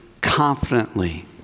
confidently